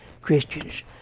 Christians